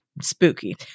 spooky